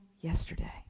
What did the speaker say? yesterday